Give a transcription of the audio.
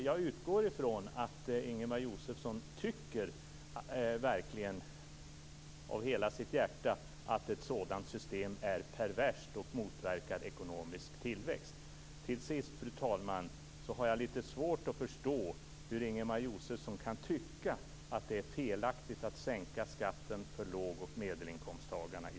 Jag utgår från att Ingemar Josefsson av hela sitt hjärta tycker att ett sådant system är perverst och motverkar ekonomisk tillväxt. Till sist, fru talman, har jag lite svårt att förstå hur Ingemar Josefsson kan tycka att det är felaktigt att sänka skatten för låg och medelinkomsttagarna i